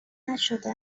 نشده